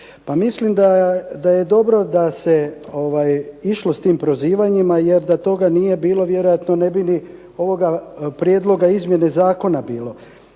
mislim da je dobro da se išlo s tim prozivanjima, jer da toga nije bilo vjerojatno ne bi ni ovoga prijedloga izmjene zakona bilo.